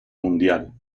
mundial